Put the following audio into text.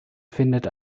findet